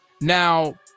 now